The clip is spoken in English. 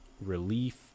relief